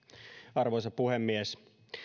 arvoisa puhemies